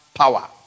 Power